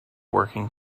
working